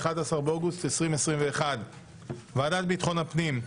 11 באוגוסט 2021 ועדת ביטחון הפנים.